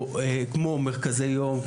כמו מרכזי יום,